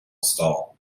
stall